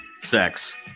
sex